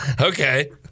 Okay